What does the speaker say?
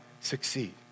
succeed